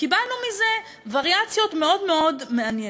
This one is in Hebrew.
וקיבלנו מזה וריאציות מאוד מאוד מעניינות.